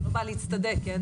אני לא באה להצטדק, כן?